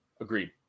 Agreed